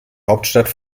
hauptstadt